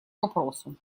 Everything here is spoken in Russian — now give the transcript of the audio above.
вопросу